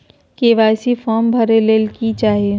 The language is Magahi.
के.वाई.सी फॉर्म भरे ले कि चाही?